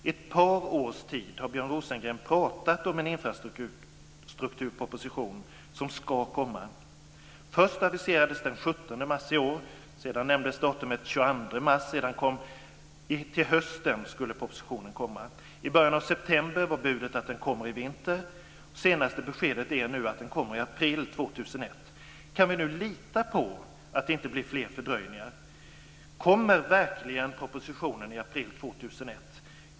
I ett par års tid har Björn Rosengren pratat om att en infrastrukturproposition ska komma. Först aviserades den till den 17 mars i år, sedan nämndes datumet den 22 mars, sedan skulle propositionen komma till hösten. I början av september var budet att den kommer i vinter. Senaste beskedet är att den kommer i april 2001. Kan vi nu lita på att det inte blir fler fördröjningar? Kommer verkligen propositionen i april 2001?